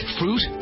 fruit